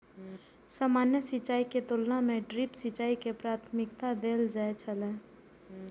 सामान्य सिंचाई के तुलना में ड्रिप सिंचाई के प्राथमिकता देल जाय छला